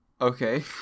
Okay